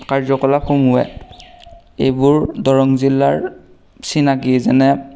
কাৰ্যকলাপ সমূহে এইবোৰ দৰং জিলাৰ চিনাকী যেনে